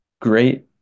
Great